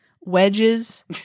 Wedges